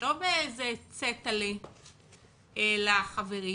לא באיזה צטע'לה לחברים,